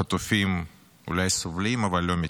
החטופים אולי סובלים אבל לא מתים.